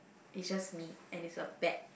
it's just me and it's a bad